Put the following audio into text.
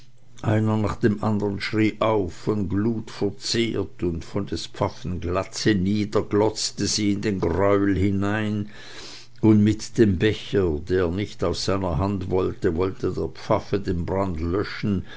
einer nach dem andern schrie auf von glut verzehrt und von des pfaffen glatze nieder glotzte sie in den greuel hinein und mit dem becher der nicht aus seiner hand wollte wollte der pfaffe den brand löschen